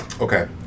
Okay